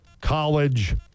college